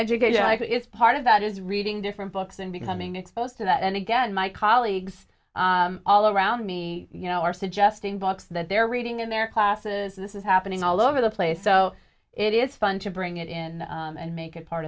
education is part of that is reading different books and becoming exposed to that and again my colleagues all around me you know are suggesting blocks that they're reading in their classes this is happening all over the place so it is fun to bring it in and make it part